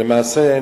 למעשה,